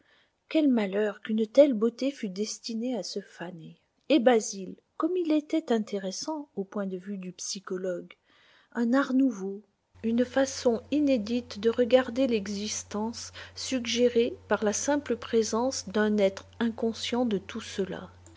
quel malheur qu'une telle beauté fût destinée à se faner et basil comme il était intéressant au point de vue du psychologue un art nouveau une façon inédite de regarder l'existence suggérée par la simple présence d'un être inconscient de tout cela